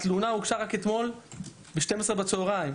התלונה הוגשה רק אתמול ב-12:00 בצהריים.